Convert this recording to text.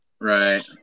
Right